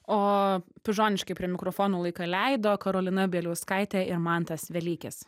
o pižoniškai prie mikrofonų laiką leido karolina bieliauskaitė ir mantas velykis